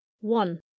One